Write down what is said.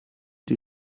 die